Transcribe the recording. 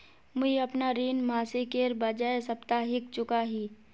मुईअपना ऋण मासिकेर बजाय साप्ताहिक चुका ही